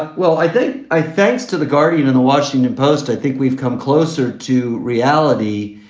ah well, i think i thanks to the guardian and the washington post. i think we've come closer to reality.